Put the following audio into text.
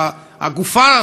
הגופה,